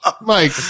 Mike